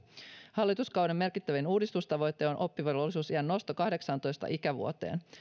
hallituskauden merkittävin uudistustavoite on oppivelvollisuusiän nosto kahdeksaantoista ikävuoteen